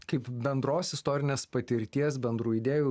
kaip bendros istorinės patirties bendrų idėjų